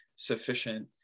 sufficient